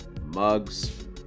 mugs